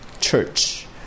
Church